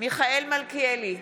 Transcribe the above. מיכאל מלכיאלי,